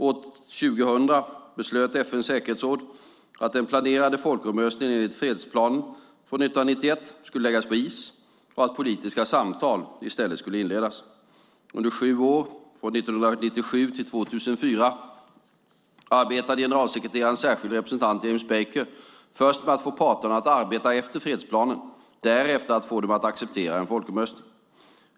År 2000 beslöt FN:s säkerhetsråd att den planerade folkomröstningen enligt fredsplanen från 1991 skulle läggas på is och att politiska samtal i stället skulle inledas. Under sju år, från 1997 till 2004, arbetade generalsekreterarens särskilde representant James Baker först med att få parterna att arbeta efter fredsplanen, därefter för att få dem att acceptera en folkomröstning.